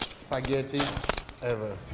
spaghetti ever.